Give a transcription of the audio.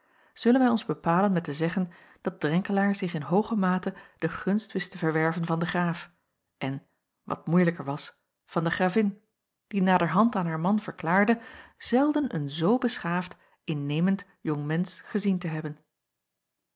zullen wij ons bepalen met te zeggen dat drenkelaer zich in hooge mate de gunst wist te verwerven van den graaf en wat moeilijker was van de gravin die naderhand aan haar man verklaarde zelden een zoo beschaafd innemend jong mensch gezien te hebben